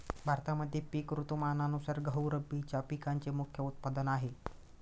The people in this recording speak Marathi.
भारतामध्ये पिक ऋतुमानानुसार गहू रब्बीच्या पिकांचे मुख्य उत्पादन आहे